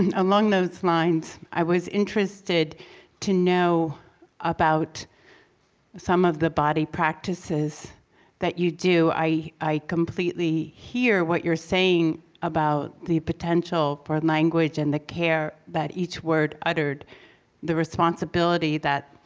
and along those lines, i was interested to know about some of the body practices that you do. i i completely hear what you're saying about the potential for language and the care that each word uttered the responsibility that